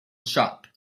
shop